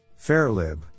Fairlib